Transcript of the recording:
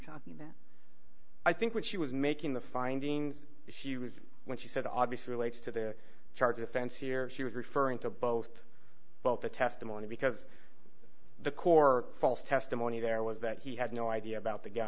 talking about i think when she was making the finding she was when she said the obvious relates to the charge offense here she was referring to both both the testimony because the core false testimony there was that he had no idea about the guy